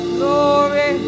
Glory